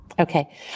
Okay